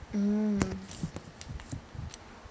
mm